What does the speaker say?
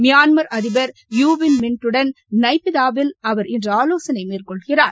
Myanmar அதிபர் U Win Myint உடன் நை பி தாவில் அவர் இன்று ஆலோசனை மேற்கொள்கிறார்